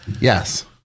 Yes